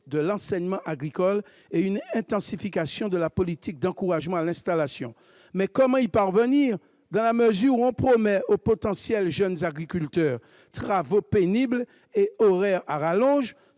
de l'enseignement agricole et une intensification de la politique d'encouragement à l'installation. Mais comment y parvenir quand l'on promet aux potentiels jeunes agriculteurs travaux pénibles et horaires à rallonge,